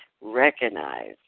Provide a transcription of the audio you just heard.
recognize